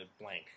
blank